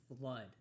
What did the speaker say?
flood